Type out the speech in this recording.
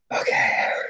okay